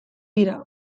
dira